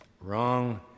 Wrong